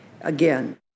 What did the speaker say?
again